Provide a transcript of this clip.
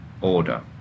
order